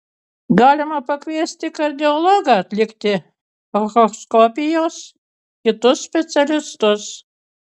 galima pakviesti kardiologą atlikti echoskopijos kitus specialistus